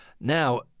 Now